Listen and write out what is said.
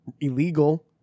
illegal